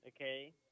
Okay